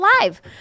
live